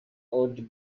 old